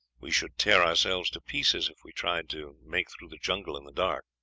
we should tear ourselves to pieces if we tried to make through the jungle in the dark.